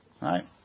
right